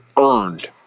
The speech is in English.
earned